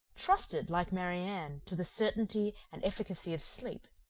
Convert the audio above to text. trusted, like marianne, to the certainty and efficacy of sleep,